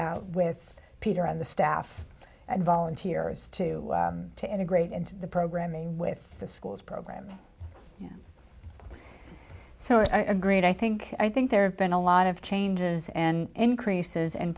out with peter on the staff and volunteers to to integrate into the programming with the schools program so i agree and i think i think there have been a lot of changes and increases